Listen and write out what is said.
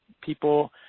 people